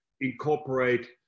incorporate